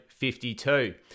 52